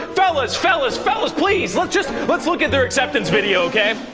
fellas, fellas, fellas! please! let's just. let's look at their acceptance video, okay?